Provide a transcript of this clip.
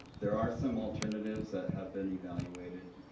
there are some alternatives that have been evaluated.